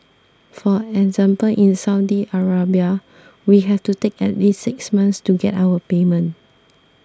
for example in Saudi Arabia we have to take at least six months to get our payment